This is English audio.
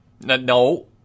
No